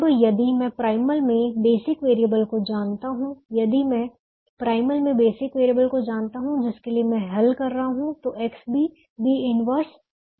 अब यदि मैं प्राइमल में बेसिक वेरिएबल को जानता हूं यदि मैं प्राइमल में बेसिक वेरिएबल को जानता हूं जिसके लिए मैं हल कर रहा हूं तो XB B 1 B के बराबर होगा